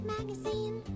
Magazine